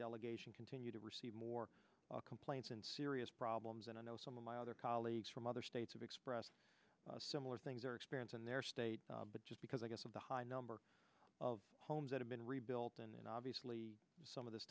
delegation continue to receive more complaints and serious problems and i know some of my other colleagues from other states have expressed similar things or experience in their state because i guess of the high number of homes that have been rebuilt and obviously some of th